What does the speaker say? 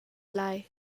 lai